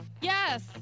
yes